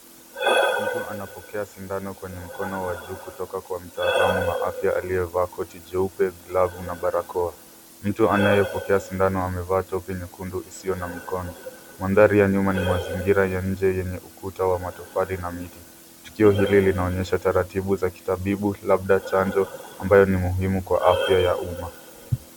Mtu anapokea sindano kwenye mkono wa juu kutoka kwa mtaalamu wa afya aliyevaa koti jeupe, glavu na barakoa. Mtu anayepokea sindano amevaa topu nyekundu isiyo na mikono. Mandhari ya nyuma ni mazingira ya nje yenye ukuta wa matofali na miti. Tukio hili linaonyesha taratibu za kitabibu labda chanjo ambayo ni muhimu kwa afya ya umma.